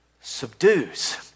subdues